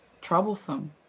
troublesome